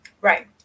Right